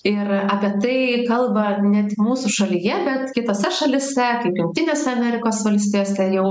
ir apie tai kalba ne tik mūsų šalyje bet kitose šalyse kaip jungtinėse amerikos valstijose jau